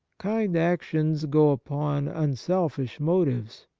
kind actions go upon unselfish motives,